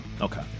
Okay